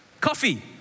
Coffee